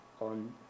on